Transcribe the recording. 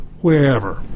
wherever